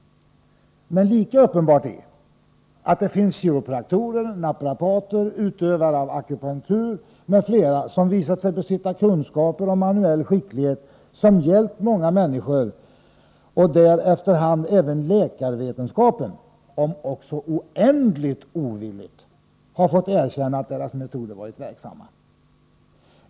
Men lika uppenbart är att det finns kiropraktorer, naprapater, utövare av akupunktur m.fl. som visat sig besitta kunskaper och manuell skicklighet, och som har hjälpt många människor. Efter hand har även läkarvetenskapen - om också oändligt motvilligt — fått erkänna att deras metoder varit verksamma.